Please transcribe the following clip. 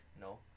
no